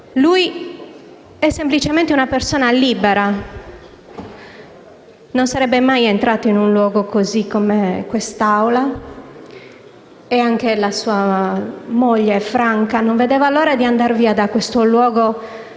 Egli è semplicemente una persona libera. Non sarebbe mai entrato in un luogo come quest'Aula. E anche sua moglie, Franca Rame, non vedeva l'ora di andare via da questo luogo